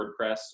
WordPress